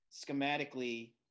schematically